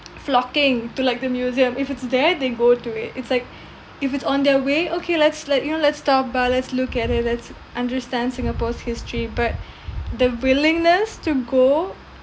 flocking to like the museum if it's there they go to it it's like if it's on their way okay let's let you know let's stop by let's look at it let's understand singapore's history but the willingness to go